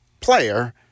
player